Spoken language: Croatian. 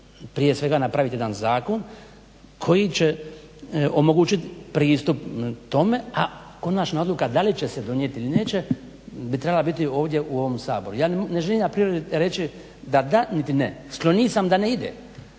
prije svega napraviti jedan zakon koji će omogućiti pristup tome a konačna odluka da li će se donijeti ili neće bi trebala biti ovdje u ovom saboru. Ja ne želim na primjer reći da da niti ne, skloniji sam da ne ide,